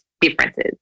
differences